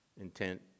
intent